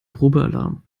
probealarm